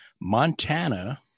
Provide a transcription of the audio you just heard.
Montana